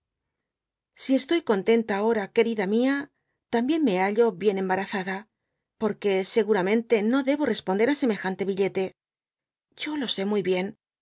si estoy c mtenta ahora querida mía también me hallo bien embarazada por que seguramente no debo responder á semejante billete yo lo sé muy bien